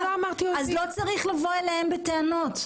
לא צריך לבוא אליהם בטענות.